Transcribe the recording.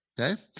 Okay